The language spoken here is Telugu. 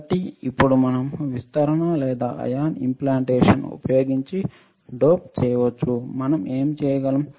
కాబట్టి ఇప్పుడు మనం విస్తరణ లేదా అయాన్ ఇంప్లాంటేషన్ ఉపయోగించి డోప్ చేయవచ్చు మనం ఏమి చేయగలం